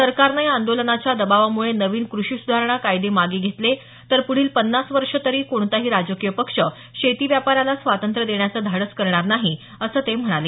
सरकारनं या आंदोलनाच्या दबावामुळे नविन कृषी सुधारणा कायदे मागे घेतले तर पुढील पन्नास वर्ष तरी कोणताही राजकीय पक्ष शेती व्यापाराला स्वातंत्र्य देण्याचं धाडस करणार नाही असं ते म्हणाले